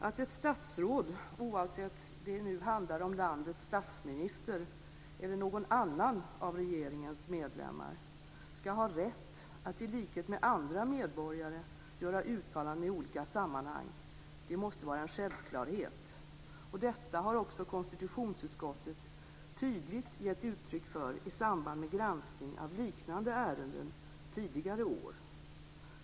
Att ett statsråd, oavsett om det nu handlar om landets statsminister eller någon annan av regeringens medlemmar, ska ha rätt att i likhet med andra medborgare göra uttalanden i olika sammanhang måste vara en självklarhet. Detta har också konstitutionsutskottet tydligt gett uttryck för i samband med granskning av liknande ärenden tidigare år.